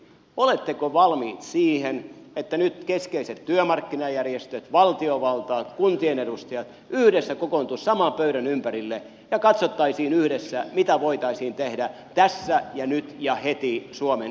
oletteko valmis siihen että keskeiset työmarkkinajärjestöt valtiovalta kuntien edustajat yhdessä kokoontuisivat nyt saman pöydän ympärille ja katsottaisiin yhdessä mitä voitaisiin tehdä tässä ja nyt ja heti suomen selviytymisen hyväksi